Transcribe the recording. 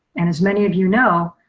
and as many of you know,